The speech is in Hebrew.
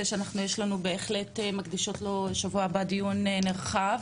שאנחנו בהחלט מקדישות לו בשבוע הבא דיון נרחב,